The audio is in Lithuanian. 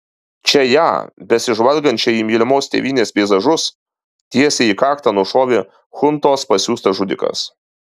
čia ją besižvalgančią į mylimos tėvynės peizažus tiesiai į kaktą nušovė chuntos pasiųstas žudikas